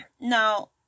Now